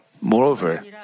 Moreover